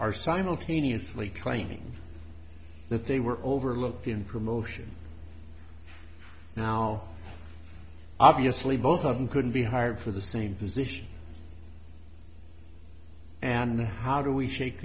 are simultaneously claiming that they were overlooked in promotion now obviously both of them couldn't be hired for the same position and how do we shake